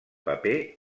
paper